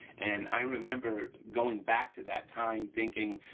and i remember going back to that time thinking,